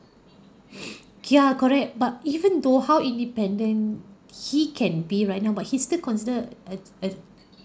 ya correct but even though how independent he can be right now but he's still considered a a